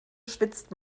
schwitzt